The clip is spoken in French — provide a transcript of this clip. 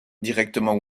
directement